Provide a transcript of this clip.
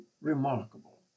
remarkable